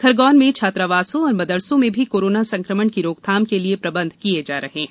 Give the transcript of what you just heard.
खरगोन में छात्रावासों और मदरसों में भी कोरोना संकमण की रोकथाम के लिए प्रबंध किये जा रहे हैं